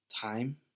Time